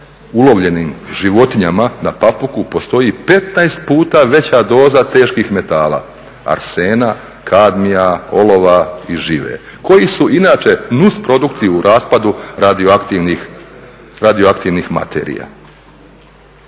ulovljenim životinjama na Papuku postoji 15 puta veća doza teških metala, arsena, kadmija, olova i žive koji su inače nusprodukti u raspadu radioaktivnih materija.